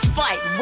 fight